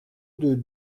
deux